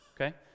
okay